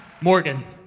Morgan